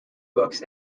books